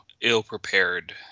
ill-prepared